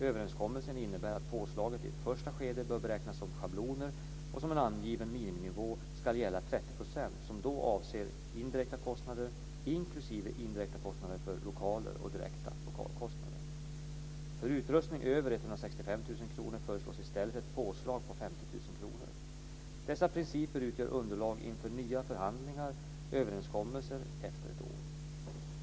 Överenskommelsen innebär att påslagen i ett första skede bör beräknas som schabloner, och som en angiven miniminivå ska gälla 30 % som då avser indirekta kostnader, inklusive indirekta kostnader för lokaler och direkta lokalkostnader. För utrustning över 165 000 kr föreslås i stället ett påslag på 50 000 kr. Dessa principer utgör underlag inför nya förhandlingar och överenskommelser efter ett år.